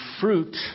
fruit